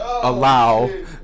allow